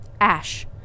Ash